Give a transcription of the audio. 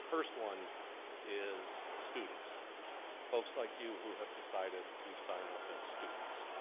first one is students folks like you who have decided to sign up as students,